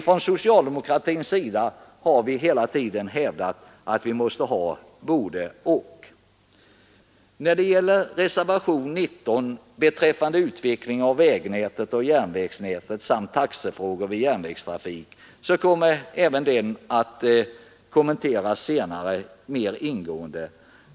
Från socialdemokratisk sida har vi hela tiden hävdat att vi måste ha bådeoch. Reservationen 19 beträffande utvecklingen av vägnätet och järnvägsnätet samt taxefrågor vid järnvägstrafik kommer senare att kommenteras mera ingående.